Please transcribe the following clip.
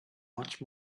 much